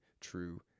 true